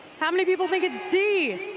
how many people think it's d?